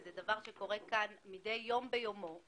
וזה דבר שקורה כאן מידי יום ביומו,